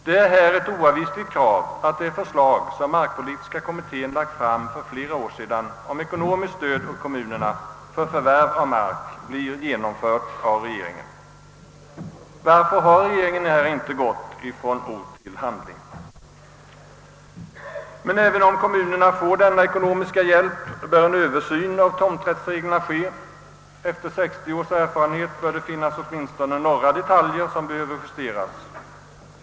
Det är ett oavvisligt krav att det förslag, som markpolitiska kommittén lade fram för flera år sedan, om ekonomiskt stöd till kommunerna för förvärv av mark blir genomfört på initiativ av regeringen. Varför har regeringen i detta fall ej gått från ord till handling? Men även om kommunerna får denna ekonomiska hjälp, bör en översyn av tomträttsreglerna ske. Efter 60 års erfarenhet bör det finnas åtminstone några detaljer som behöver justeras.